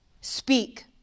speak